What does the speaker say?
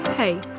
Hey